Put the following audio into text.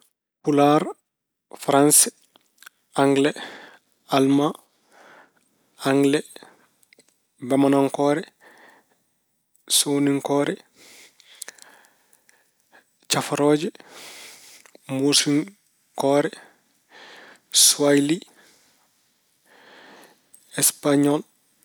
Pulaar, Farayse, Angele, Alma, Angele, Bamanankoore, Soninkoore, Safarooje, Moosinkoore, Suwayli, Spañol.